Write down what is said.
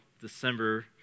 December